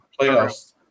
playoffs